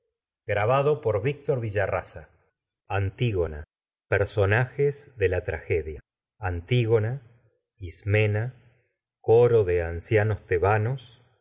os promete está san antígona personajes de la tragedia antígona ismena coro de hemón tiresias ancianos tebanos